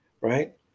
Right